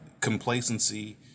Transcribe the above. complacency